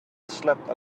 slept